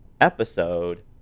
episode